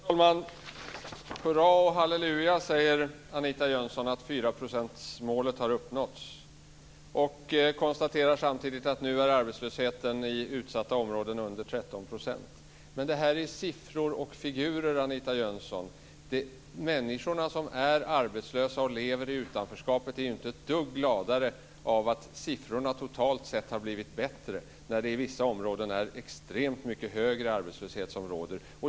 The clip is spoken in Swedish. Herr talman! Hurra och halleluja säger Anita Jönsson om att fyraprocentsmålet har uppnåtts. Hon konstaterar samtidigt att nu är arbetslösheten i utsatta områden under 13 %. Men det här är siffror och figurer, Anita Jönsson. Människorna som är arbetslösa och lever i utanförskap är inte ett dugg gladare av att siffrorna totalt sett har blivit bättre, när det i vissa områden är extremt mycket högre arbetslöshet som råder.